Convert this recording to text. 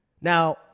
Now